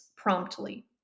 promptly